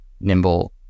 nimble